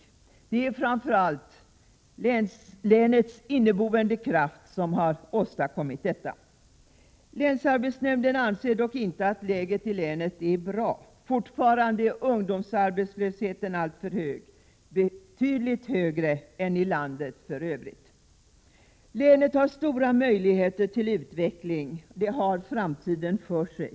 I stället är det framför allt länets inneboende kraft som har medverkat till detta. På länsarbetsnämnden anser man dock inte att läget i länet är bra. Fortfarande är ungdomsarbetslösheten alltför hög. Länets ungdomsarbetslöshet är också betydligt högre än ungdomsarbetslösheten i landet i övrigt. Länet har stora möjligheter till utveckling. Det har framtiden för sig.